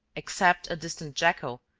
except a distant jackal,